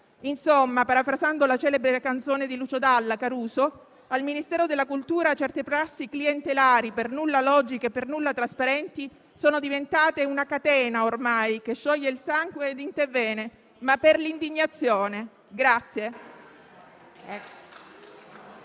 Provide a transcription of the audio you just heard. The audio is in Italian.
Insomma, parafrasando la celebre canzone di Lucio Dalla «Caruso», al Ministero della cultura certe prassi clientelari per nulla logiche e per nulla trasparenti sono diventate «una catena ormai che scioglie il sangue dint'e vene», ma per l'indignazione.